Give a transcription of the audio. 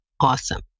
awesome